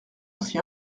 aussi